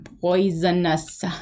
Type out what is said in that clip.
poisonous